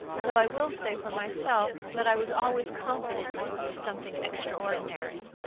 though i will say for myself that i was always confident he'd do something extraordinary.